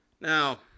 Now